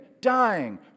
dying